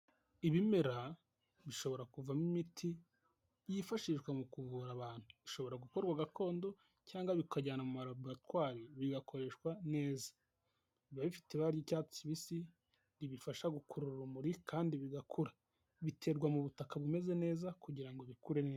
Ibimera bishobora kuvamo imiti yifashishwa mu kuvura abantu, bishobora gukorwa gakondo cyangwa bikajyana mu ma laboratore bigakoreshwa neza biba bifite ibara ry'icyatsi kibisi ribifasha gukurura urumuri kandi bigakura, biterwa mu butaka bumeze neza kugira bikure neza.